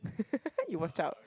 you watch out